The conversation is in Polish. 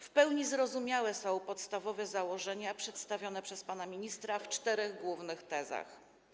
W pełni zrozumiałe są podstawowe założenia przedstawione przez pana ministra w czterech głównych tezach.